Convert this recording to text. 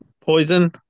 Poison